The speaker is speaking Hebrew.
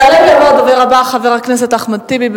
יעלה ויבוא הדובר הבא, חבר הכנסת אחמד טיבי.